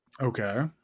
Okay